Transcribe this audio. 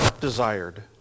desired